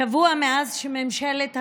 שבוע מאז שממשלת השינוי,